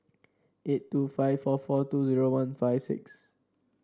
eight two five four four two zero one five six